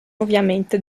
ovviamente